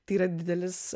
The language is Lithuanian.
tai yra didelis